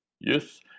Yes